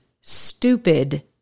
stupid